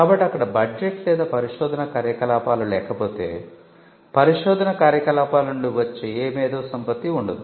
కాబట్టి అక్కడ బడ్జెట్ లేదా పరిశోధన కార్యకలాపాలు లేకపోతే పరిశోధన కార్యకలాపాల నుండి వచ్చే ఏ మేధోసంపత్తి ఉండదు